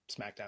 SmackDown